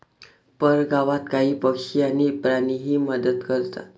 परगावात काही पक्षी आणि प्राणीही मदत करतात